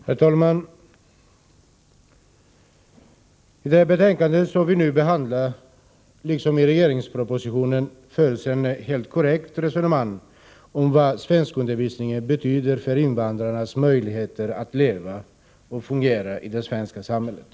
Herr talman! I det betänkande vi nu behandlar liksom i regeringspropositionen förs ett helt korrekt resonemang om vad svenskundervisning betyder för invandrarnas möjligheter att leva och fungera i det svenska samhället.